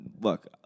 look